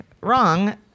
wrong